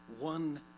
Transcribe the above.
one